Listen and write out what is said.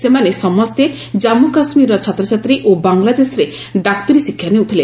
ସେମାନେ ସମସ୍ତେ ଜାମ୍ମ କାଶ୍ୱୀରର ଛାତ୍ରଛାତ୍ରୀ ଓ ବାଂଲାଦେଶରେ ଡାକ୍ତରୀ ଶିକ୍ଷା ନେଉଥିଲେ